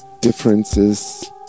differences